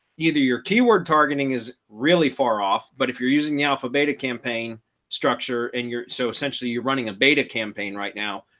either your keyword targeting is really far off. but if you're using the alpha beta campaign structure and you're so essentially you're running a beta campaign right now,